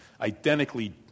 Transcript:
identically